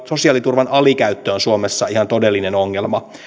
sosiaaliturvan alikäyttö on suomessa ihan todellinen ongelma